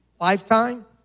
lifetime